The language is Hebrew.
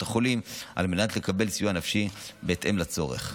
החולים על מנת לקבל סיוע נפשי בהתאם לצורך.